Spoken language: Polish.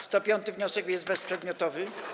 105. wniosek jest bezprzedmiotowy.